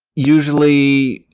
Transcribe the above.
usually,